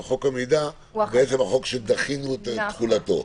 וחוק המידע הוא החוק שדחינו את תחולתו.